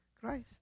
Christ